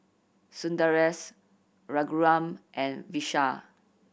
Sundaresh Raghuram and Vishal